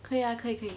可以 ah 可以可以